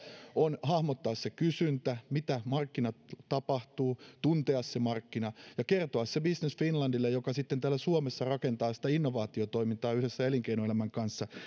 on hahmottaa se kysyntä mitä markkinoilla tapahtuu tuntea se markkina ja kertoa se business finlandille joka sitten täällä suomessa rakentaa sitä innovaatiotoimintaa yhdessä elinkeinoelämän kanssa ja